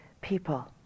people